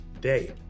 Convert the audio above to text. day